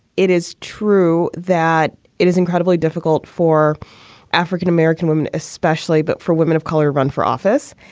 it is true that it is incredibly difficult for african-american women especially, but for women of color run for office.